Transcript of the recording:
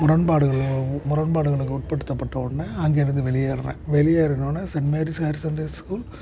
முரண்பாடுகள் முரண்பாடுகளுக்கு உட்படுத்தப்பட்டவுன்னே அங்கிருந்து வெளியேறுறேன் வெளியேறினவொன்னே saint Mary's higher secondary school